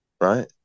right